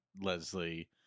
Leslie